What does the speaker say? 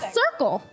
circle